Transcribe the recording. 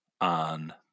on